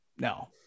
no